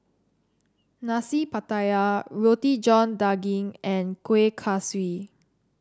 Nasi Pattaya Roti John Daging and Kueh Kaswi